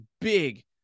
big